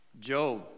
Job